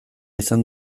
izan